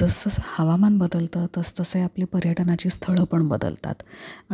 जसंजसं हवामान बदलतं तसतसे आपले पर्यटनाची स्थळं पण बदलतात